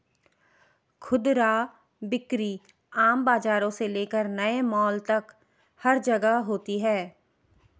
खुदरा बिक्री आम बाजारों से लेकर नए मॉल तक हर जगह होती है